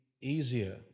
easier